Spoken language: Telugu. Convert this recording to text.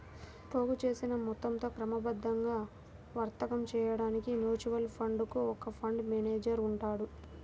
పోగుచేసిన మొత్తంతో క్రమబద్ధంగా వర్తకం చేయడానికి మ్యూచువల్ ఫండ్ కు ఒక ఫండ్ మేనేజర్ ఉంటారు